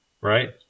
right